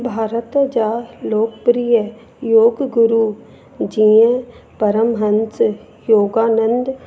भारत जा लोकप्रिय योग गुरू जीअं परमहंस योगानंद